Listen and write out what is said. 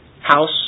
house